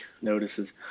notices